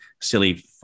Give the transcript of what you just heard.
silly